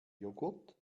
joghurt